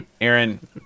Aaron